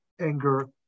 anger